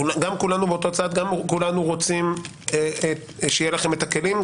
וכולנו באותו צד, וכולנו רוצים שיהיו לכם הכלים.